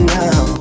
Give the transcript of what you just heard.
now